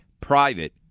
Private